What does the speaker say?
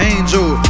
Angel